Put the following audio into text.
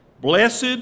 Blessed